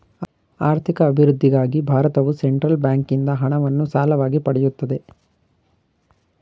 ಆರ್ಥಿಕ ಅಭಿವೃದ್ಧಿಗಾಗಿ ಭಾರತವು ಸೆಂಟ್ರಲ್ ಬ್ಯಾಂಕಿಂದ ಹಣವನ್ನು ಸಾಲವಾಗಿ ಪಡೆಯುತ್ತದೆ